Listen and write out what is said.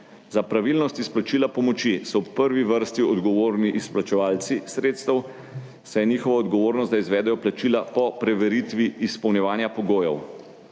Za pravilnost izplačila pomoči so v prvi vrsti odgovorni izplačevalci sredstev, saj je njihova odgovornost, da izvedejo plačila po preveritvi izpolnjevanja pogojev.